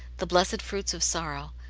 the blessed fruits of sorrow,